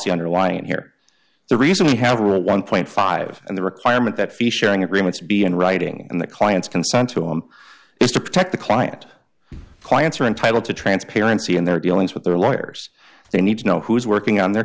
policy underlying here the reason we have a one dollar and the requirement that fee sharing agreements be in writing and the client's concern to him is to protect the client clients are entitled to transparency in their dealings with their lawyers they need to know who's working on their